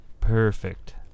Perfect